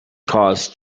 caused